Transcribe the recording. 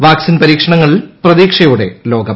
vaccine പരീക്ഷണങ്ങളിൽ പ്രതീക്ഷയോടെ locum